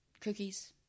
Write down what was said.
cookies